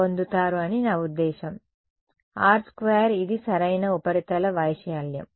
పొందుతారు అని నా ఉద్దేశ్యం r2 ఇది సరైన ఉపరితల వైశాల్యం